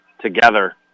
together